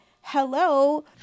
hello